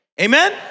Amen